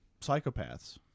psychopaths